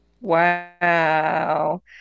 Wow